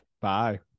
Bye